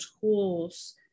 tools